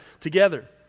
together